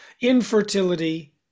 infertility